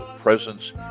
presence